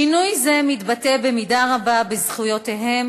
שינוי זה מתבטא במידה רבה בזכויותיהם